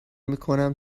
میکنم